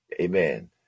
Amen